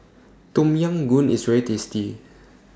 Tom Yam Goong IS very tasty